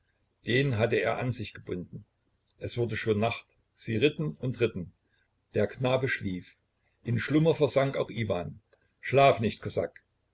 den hatte er an sich gebunden es wurde schon nacht sie ritten und ritten der knabe schlief in schlummer versank auch iwan schlaf nicht kosak